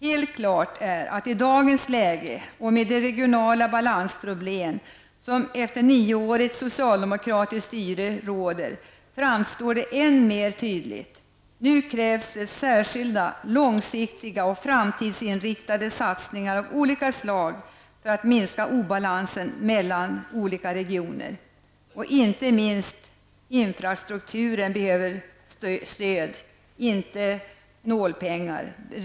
Helt klart är att i dagens läge och med de regionala balansproblem som råder efter ett nioårigt socialdemokratiskt styre, framstår det än mer tydligt att det krävs särskilda, långsiktiga och framtidsinriktade satsningar av olika slag för att minska obalansen mellan olika regioner. Inte minst infrastrukturen behöver rejält stöd och inte nålpengar.